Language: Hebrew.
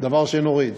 דבר שנוריד,